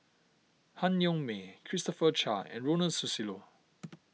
Han Yong May Christopher Chia and Ronald Susilo